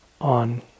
on